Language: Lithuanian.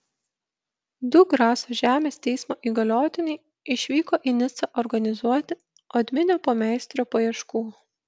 du graso žemės teismo įgaliotiniai išvyko į nicą organizuoti odminio pameistrio paieškų